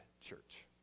church